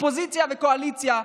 אופוזיציה וקואליציה,